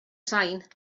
sain